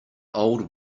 old